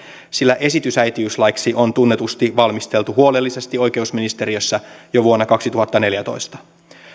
sillä esitys äitiyslaiksi on tunnetusti valmisteltu huolellisesti oikeusministeriössä jo vuonna kaksituhattaneljätoista